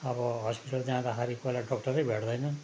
अब हस्पिटल जाँदाखेरि कोही बेला डक्टरै भेट्दैन